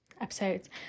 episodes